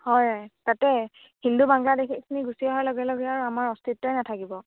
হয় তাতে হিন্দু বাংলাদেশীখিনি গুচি অহাৰ লগে লগে আৰু আমাৰ অস্তিত্বই নাথাকিব